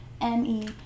M-E